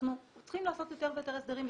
שאנחנו צריכים לעשות יותר ויותר הסדרים,